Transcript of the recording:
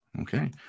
Okay